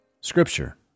Scripture